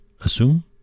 assume